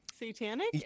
Satanic